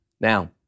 Now